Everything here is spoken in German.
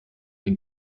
den